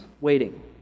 waiting